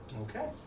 Okay